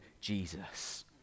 Jesus